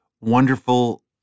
wonderful